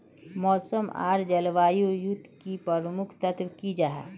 मौसम आर जलवायु युत की प्रमुख तत्व की जाहा?